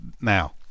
now